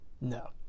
No